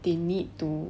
they need to